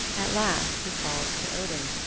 at last he called to odin,